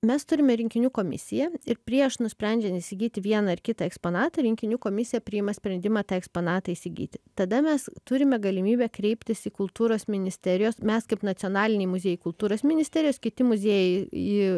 mes turime rinkinių komisiją ir prieš nusprendžiant įsigyti vieną ar kitą eksponatą rinkinių komisija priima sprendimą tą eksponatą įsigyti tada mes turime galimybę kreiptis į kultūros ministerijos mes kaip nacionaliniai muziejai kultūros ministerijos kiti muziejai į